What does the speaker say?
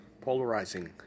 polarizing